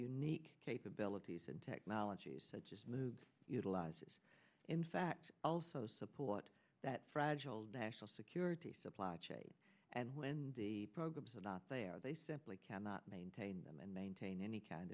unique capabilities and technologies such as move utilizes in fact also support that fragile national security supply chain and when the programs are not there they simply cannot maintain them and maintain any kind